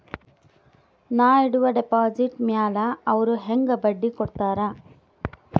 ನಾ ಇಡುವ ಡೆಪಾಜಿಟ್ ಮ್ಯಾಲ ಅವ್ರು ಹೆಂಗ ಬಡ್ಡಿ ಕೊಡುತ್ತಾರ?